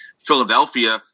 Philadelphia